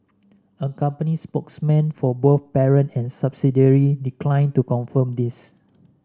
a company spokesman for both parent and subsidiary declined to confirm this